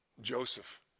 Joseph